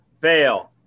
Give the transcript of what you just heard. Fail